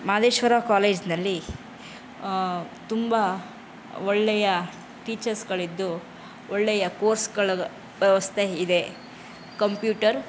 ಮಾದೇಶ್ವರ ಕಾಲೇಜಿನಲ್ಲಿ ತುಂಬ ಒಳ್ಳೆಯ ಟೀಚರ್ಸುಗಳಿದ್ದು ಒಳ್ಳೆಯ ಕೋರ್ಸುಗಳ ವ್ಯವಸ್ಥೆ ಇದೆ ಕಂಪ್ಯೂಟರ್